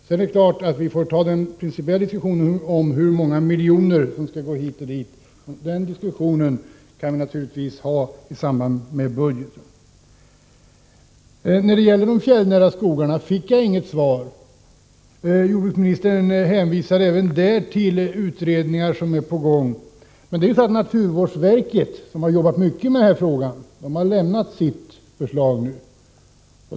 Men självfallet får vi ta den principiella diskussionen om hur många miljoner som skall satsas på det ena eller det andra i samband med budgetdebatten. Jag fick inget svar på den fråga jag ställde om de fjällnära skogarna. Jordbruksministern hänvisar även där till utredningar som pågår, men naturvårdsverket, som har arbetat mycket med den här frågan, har ju nu lämnat sitt förslag.